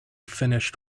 finished